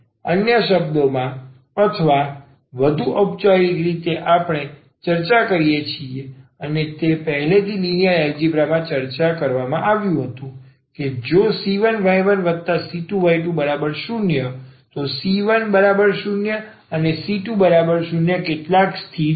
અન્ય શબ્દોમાં અથવા વધુ ઔપચારિક રીતે આપણે ચર્ચા કરીએ છીએ અને તે પહેલેથી જ લિનિયર એલજીબ્રા માં ચર્ચા કરવામાં આવ્યું હતું કે જો c1y1c2y20⇒c10અનેc20કેટલાક સ્થિર છે